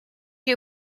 you